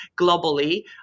globally